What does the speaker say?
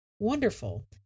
Wonderful